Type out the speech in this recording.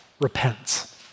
repents